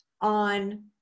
on